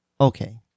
Okay